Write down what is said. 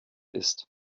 ist